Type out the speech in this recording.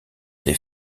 des